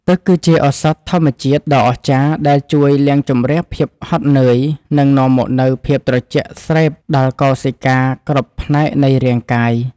ទឹកគឺជាឱសថធម្មជាតិដ៏អស្ចារ្យដែលជួយលាងជម្រះភាពហត់នឿយនិងនាំមកនូវភាពត្រជាក់ស្រេបដល់កោសិកាគ្រប់ផ្នែកនៃរាងកាយ។